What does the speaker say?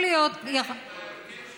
יכול להיות, משולם.